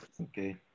Okay